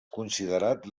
considerat